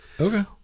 Okay